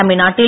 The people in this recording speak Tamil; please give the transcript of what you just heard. தமிழ்நாட்டில்